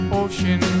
ocean